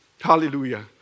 Hallelujah